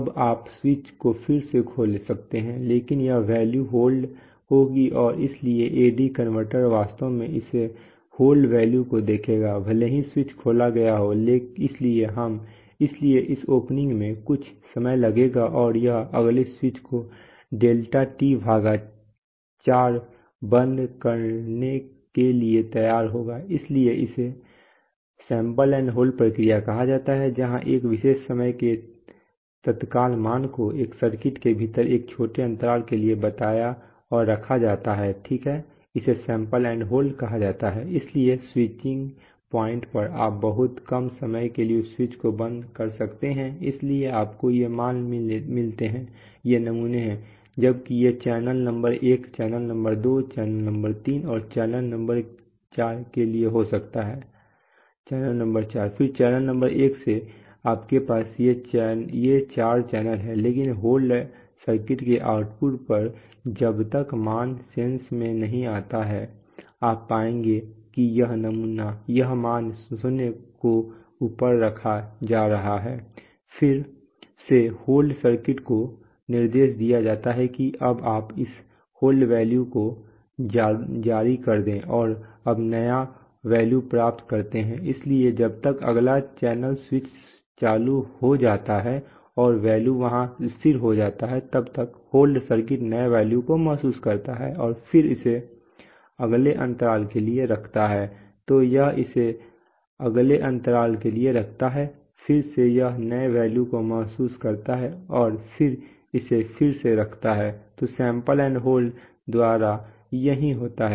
अब आप स्विच को फिर से खोल सकते हैं लेकिन यह वैल्यू होल्ड होगी और इसलिए AD कन्वर्टर वास्तव में इस होल्ड वैल्यू को देखेगा भले ही स्विच खोला गया हो इसलिए इस ओपनिंग में कुछ समय लगेगा और यह अगले स्विच को डेल्टा T भागा 4 बाद बंद करने के लिए तैयार होगा इसलिए इसे सैंपल एंड होल्ड प्रक्रिया कहा जाता है जहाँ एक विशेष समय के तत्काल मान को एक सर्किट के भीतर एक छोटे अंतराल के लिए बताया और रखा जाता है ठीक है इसे सैंपल एंड होल्ड कहा जाता है इसलिए स्विचिंग पॉइंट पर आप बहुत कम समय के लिए स्विच को बंद कर सकते हैं इसलिए आपको ये मान मिलते हैं ये नमूने हैं जबकि यह चैनल नंबर एक चैनल नंबर दो चैनल नंबर तीन और चैनल नंबर के लिए हो सकता है चैनल चार और फिर चैनल नंबर एक तो आपके पास ये चार चैनल हैं लेकिन होल्ड सर्किट के आउटपुट पर जब तक मान सेंस में नहीं आता है आप पाएंगे कि यह मान शून्य को ऊपर रखा जा रहा है फिर से होल्ड सर्किट को निर्देश दिया जाता है कि अब आप उस हेल्ड वैल्यू को जारी कर दे और अब नया वैल्यू प्राप्त करते हैं इसलिए जब तक अगला चैनल स्विच चालू हो जाता है और वैल्यू वहां स्थिर हो जाता है तब तक होल्ड सर्किट नए वैल्यू को महसूस करता है और फिर इसे अगले अंतराल के लिए रखता है तो यह इसे अगले अंतराल के लिए रखता है फिर से यह नए वैल्यू को महसूस करता है और फिर इसे फिर से रखता है तो सैंपल एंड होल्ड द्वारा यही होता है